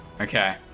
Okay